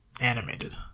animated